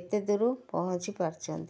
ଏତେ ଦୁରୁ ପହଞ୍ଚି ପାରିଛନ୍ତି